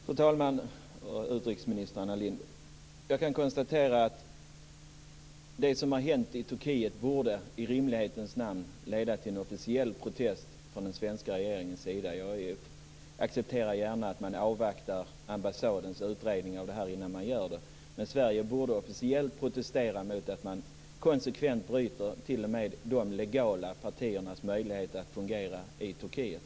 Fru talman! Utrikesminister Anna Lindh! Jag kan konstatera att det som har hänt i Turkiet i rimlighetens namn borde leda till en officiell protest från den svenska regeringens sida. Jag accepterar gärna att man avvaktar ambassadens utredning innan man gör det, men Sverige borde officiellt protestera mot att man konsekvent hindrar t.o.m. de legala partierna att fungera i Turkiet.